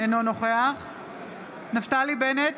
אינו נוכח נפתלי בנט,